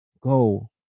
go